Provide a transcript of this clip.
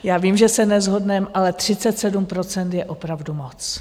Já vím, že se neshodneme, ale 37 % je opravdu moc.